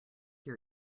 your